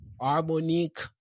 Harmonic